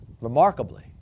remarkably